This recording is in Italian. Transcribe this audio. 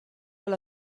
alla